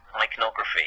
iconography